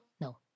no